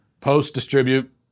post-distribute